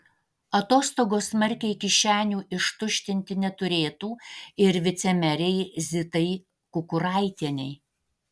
atostogos smarkiai kišenių ištuštinti neturėtų ir vicemerei zitai kukuraitienei